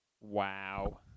Wow